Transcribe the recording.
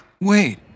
Wait